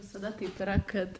visada taip yra kad